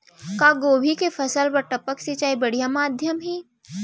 का गोभी के फसल बर टपक सिंचाई बढ़िया माधयम हे?